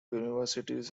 universities